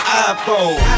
iPhone